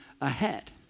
ahead